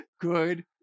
Good